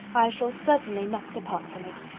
i shall certainly not depart from it.